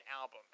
album